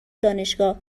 دانشگاه